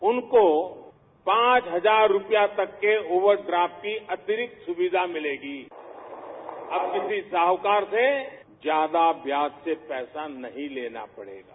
उनको पांच हजार रूपयों तक के ओव्हर ड़ाफ्ट की अतिरिक्त सुविधा मिलेगी अब किसी सावकार से ज्यादा ब्याज से पैसा नहीं लेना पडेगा